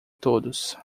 todos